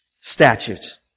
statutes